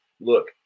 look